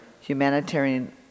Humanitarian